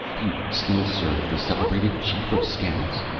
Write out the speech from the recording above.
you still serve the celebrated chief of scouts?